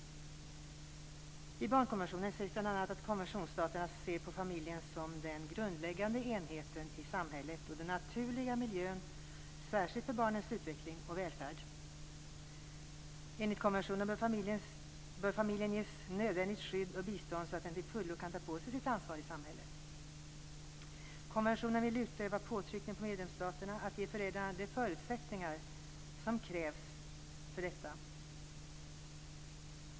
I barnkonventionen sägs bl.a. att konventionsstaterna ser på familjen som den grundläggande enheten i samhället och som den naturliga miljön, särskilt för barnens utveckling och välfärd. Enligt konventionen bör familjen ges nödvändigt skydd och bistånd så att den till fullo kan ta på sig sitt ansvar i samhället. Konventionen vill utöva påtryckning på medlemsstaterna att ge föräldrarna de förutsättningar som krävs för detta.